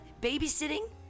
Babysitting